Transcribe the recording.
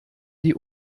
die